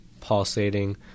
pulsating